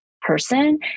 person